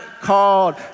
called